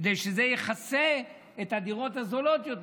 כדי שזה יכסה את הדירות הזולות יותר,